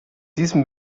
diesem